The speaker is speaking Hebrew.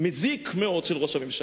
המזיק מאוד של ראש הממשלה: